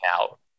out